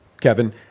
Kevin